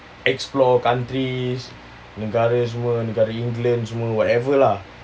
explore countries negara semua negara england semua whatever lah